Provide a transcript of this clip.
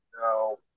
no